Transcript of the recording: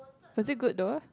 was it good though